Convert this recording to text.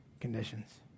conditions